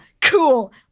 Cool